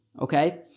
okay